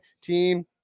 team